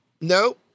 No